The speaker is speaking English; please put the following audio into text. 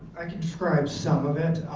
i can describe some of it.